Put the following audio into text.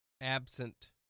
absent